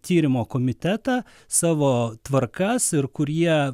tyrimo komitetą savo tvarkas ir kurie